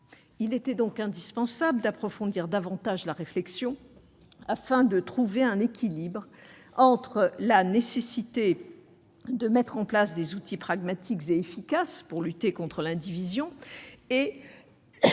Il était indispensable d'approfondir davantage la réflexion afin de trouver un équilibre entre la nécessité de mettre en place des outils pragmatiques et efficaces pour lutter contre l'indivision et